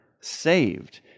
saved